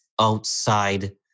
outside